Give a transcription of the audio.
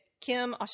Kim